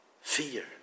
fear